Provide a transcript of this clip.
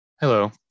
Hello